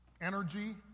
energy